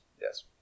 Yes